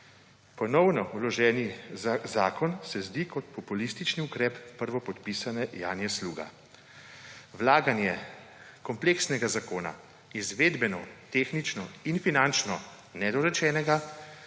Ponovno vloženi zakon se zdi kot populistični ukrep prvopodpisane Janje Sluga. Vlaganje kompleksnega zakona, izvedbeno, tehnično in finančno nedorečenega,